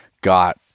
got